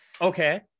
Okay